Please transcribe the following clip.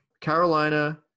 Carolina